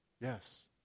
Yes